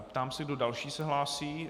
Ptám se, kdo další se hlásí.